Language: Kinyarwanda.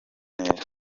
neza